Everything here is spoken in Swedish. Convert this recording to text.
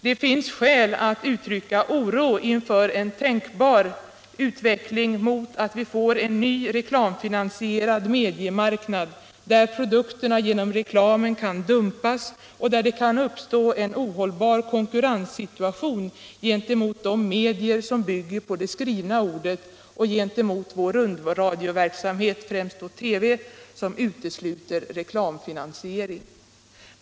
Det finns skäl att uttrycka oro inför en tänkbar utveckling mot att vi får en ny reklamfinansierad massmediemarknad, där produkterna genom reklamen kan dumpas och där det kan uppstå en ohållbar konkurrenssituation gentemot de medier som bygger på det skrivna ordet och gentemot vår rundradioverksamhet, främst TV, som utesluter reklamfinansiering.